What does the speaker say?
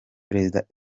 perezida